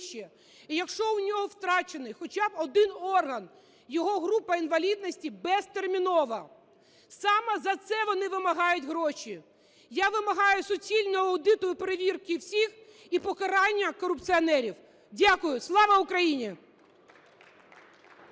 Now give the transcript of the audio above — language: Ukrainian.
і якщо у нього втрачений хоча б один орган, його група інвалідності безтермінова. Саме за це вони вимагають гроші! Я вимагаю суцільного аудиту і перевірки всіх, і покарання корупціонерів! Дякую. Слава Україні!